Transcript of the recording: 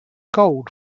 gold